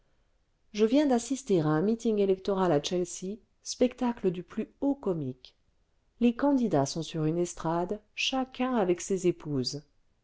je viens d'assister à un meeting électoral à chelsea spectacle du plus haut comique les candidats sont sur une estrade chacun avec ses épouses